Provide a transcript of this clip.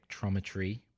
spectrometry